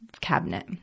cabinet